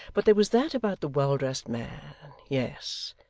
but there was that about the well-dressed man, yes,